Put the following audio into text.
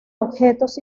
objetos